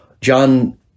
John